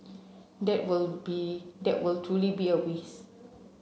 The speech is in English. that will be that will truly be a waste